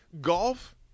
Golf